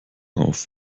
auf